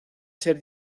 ser